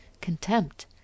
contempt